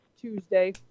Tuesday